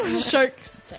Sharks